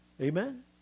Amen